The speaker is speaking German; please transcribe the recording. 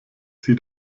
zieh